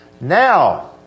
Now